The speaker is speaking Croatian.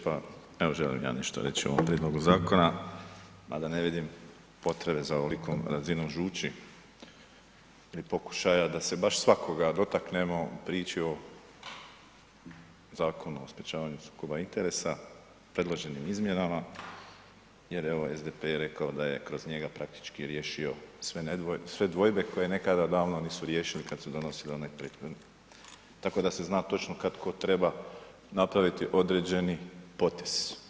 Pa evo želim ja nešto reći o ovom prijedlogu zakona mada ne vidim potrebe za ovolikom razinom žući ili pokušaja da se baš svakoga dotaknemo u priči o Zakonu o sprječavanju sukoba interesa predloženim izmjenama jer evo SDP je rekao da je kroz njega praktički riješio sve dvojbe koje nekada davno nisu riješili kad su donosili onaj prethodni, tako da se zna točno kad tko treba napraviti određeni potez.